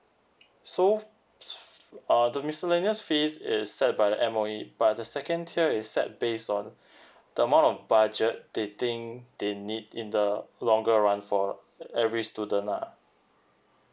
so uh the miscellaneous fees is set by the M_O_E but the second tier is set based on the amount of budget they think they need in the longer run for every student lah